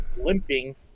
limping